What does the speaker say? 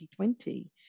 2020